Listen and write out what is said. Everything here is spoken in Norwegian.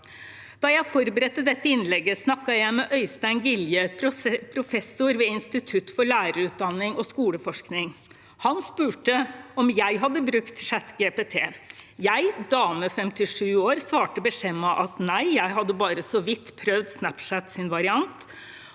Da jeg forberedte dette innlegget, snakket jeg med Øystein Gilje, professor ved Institutt for lærerutdanning og skoleforskning ved Universitetet i Oslo. Han spurte om jeg hadde brukt ChatGPT. Jeg, en dame på 57 år, svarte beskjemmet at nei, jeg hadde bare så vidt prøvd Snapchats variant.